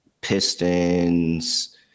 Pistons